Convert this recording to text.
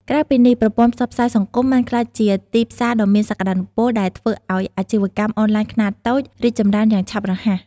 ក្រៅពីនេះប្រព័ន្ធផ្សព្វផ្សាយសង្គមបានក្លាយជាទីផ្សារដ៏មានសក្តានុពល ដែលធ្វើឲ្យ អាជីវកម្មអនឡាញខ្នាតតូច រីកចម្រើនយ៉ាងឆាប់រហ័ស។